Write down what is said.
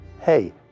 hey